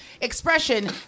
expression